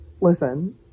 Listen